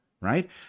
right